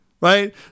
right